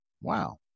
wow